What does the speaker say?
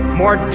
more